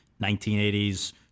1980s